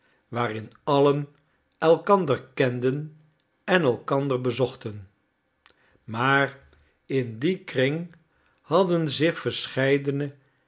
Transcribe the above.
waarin allen elkander kenden en elkander bezochten maar in dien kring hadden zich verscheiden